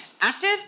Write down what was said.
active